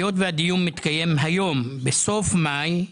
היות והדיון מתקיים היום, בסוף מאי,